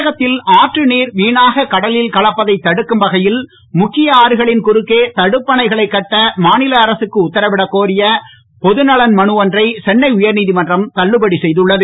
தமிழகத்தில் அற்று நீர் வீணாக கடலில் கலப்பதைத் தடுக்கும் வகையில் ழுக்கிய அறுகளின் குறுக்கே தடுப்பணைகளைக் கட்ட மாநில அரசுக்கு உத்தரவிடக் கோரிய பொதுநலன் மலு ஒன்றை சென்னை உயர் நீதிமன்றம் தள்ளுபடி செய்துள்ளது